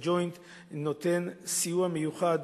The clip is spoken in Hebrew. ה"ג'וינט" נותן סיוע מיוחד,